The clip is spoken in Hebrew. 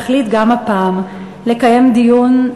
תחליט גם הפעם לקיים דיון,